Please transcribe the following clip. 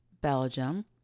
Belgium